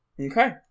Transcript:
Okay